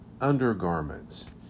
undergarments